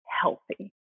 healthy